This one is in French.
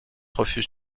refuse